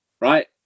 right